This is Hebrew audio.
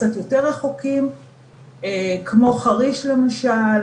זאת אומרת,